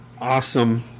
awesome